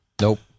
Nope